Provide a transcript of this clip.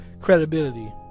credibility